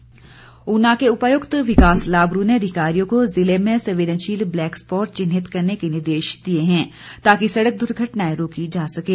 विकास लाबरू उना के उपायुक्त विकास लाबरू ने अधिकारियों को जिले में संवेदनशील ब्लैक स्पॉट चिन्हित करने के निर्देश दिए हैं ताकि सड़क दुर्घटनाएं रोकी जा सकें